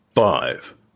Five